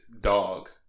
dog